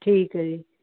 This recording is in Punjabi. ਠੀਕ ਹੈ ਜੀ